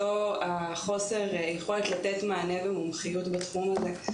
אותו החוסר יכולת לתת מענה במומחיות בתחום הזה,